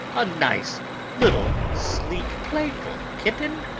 a nice little, sleek playful kitten,